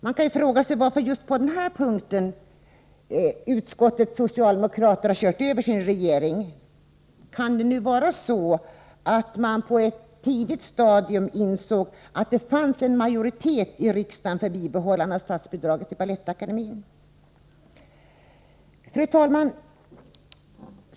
Man kan fråga sig varför utskottets socialdemokrater just på denna punkt ”körde över” sin regering. Kan det vara så att man på ett tidigt stadium insåg att det fanns en majoritet i riksdagen för bibehållande av statsbidraget till Balettakademien? Fru talman!